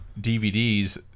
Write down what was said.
DVDs